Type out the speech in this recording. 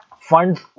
Funds